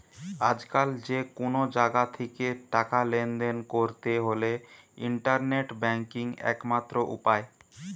আজকাল যে কুনো জাগা থিকে টাকা লেনদেন কোরতে হলে ইন্টারনেট ব্যাংকিং একমাত্র উপায়